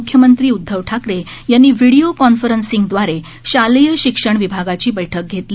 मुख्यमंत्री उदधव ठाकरे यांनी video conference दवारे शालेय शिक्षण विभागाची बैठक घेतली